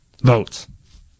votes